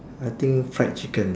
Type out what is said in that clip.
I think fried chicken